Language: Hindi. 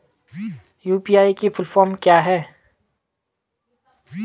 यु.पी.आई की फुल फॉर्म क्या है?